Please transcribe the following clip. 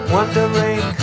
Wondering